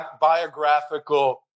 biographical